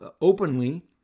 Openly